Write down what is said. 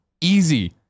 easy